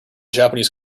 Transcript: japanese